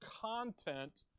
content